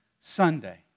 Sunday